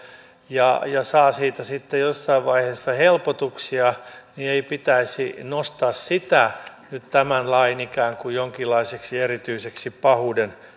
ja saa siitä sitten jossain vaiheessa helpotuksia ei pitäisi nostaa sitä nyt ikään kuin tämän lain jonkinlaiseksi erityiseksi pahuuden